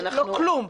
לא כלום.